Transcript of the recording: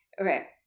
okay